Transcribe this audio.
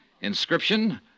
Inscription